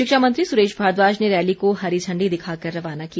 शिक्षा मंत्री सुरेश भारद्वाज ने रैली को हरी झण्डी दिखाकर रवाना किया